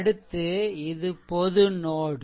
அடுத்து இது பொது நோட்